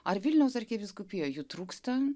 ar vilniaus arkivyskupijoje jų trūksta